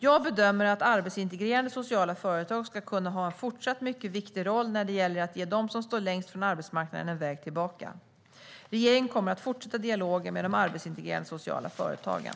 Jag bedömer att arbetsintegrerande sociala företag ska kunna ha en fortsatt mycket viktig roll när det gäller att ge dem som står längst ifrån arbetsmarknaden en väg tillbaka. Regeringen kommer att fortsätta dialogen med de arbetsintegrerande sociala företagen.